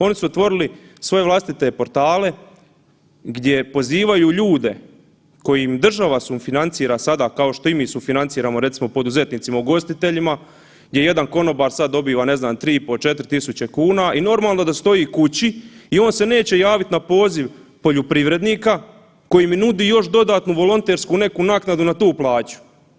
Oni su otvorili svoje vlastite portale gdje pozivaju ljude kojim država sufinancira sada kao što i mi sufinanciramo recimo poduzetnicima ugostiteljima gdje jedan konobar sad dobiva ne znam 3.500,00 – 4.000,00 kn i normalno da stoji kući i on se neće javit na poziv poljoprivrednika koji mu nudi još dodatnu volontersku neku naknadu na tu plaću.